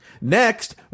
Next